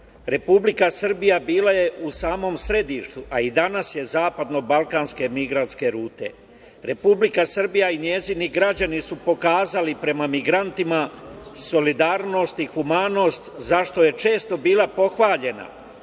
Republika Srbija bila je u samom središtu, a i danas je zapadno od balkanske migrantske rute. Republika Srbija i njeni građani su pokazali prema migrantima solidarnost i humanost zašto je često bila pohvaljena